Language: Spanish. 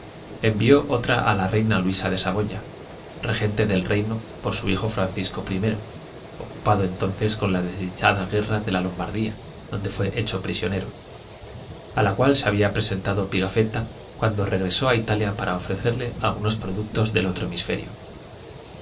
envió otra a la reina luisa de saboya regente del reino por su hijo francisco i ocupado entonces con la desdichada guerra de la lombardía donde fué hecho prisionero a la cual se había presentado pigafetta cuando regresó a italia para ofrecerle algunos productos del otro hemisferio